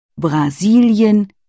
Brasilien